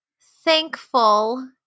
thankful